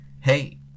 hey